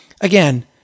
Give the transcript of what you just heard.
Again